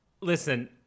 listen